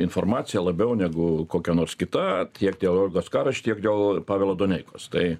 informacija labiau negu kokia nors kita tiek dėl olgos karač tiek dėl pavelo doneikos tai